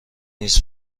نیز